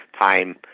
time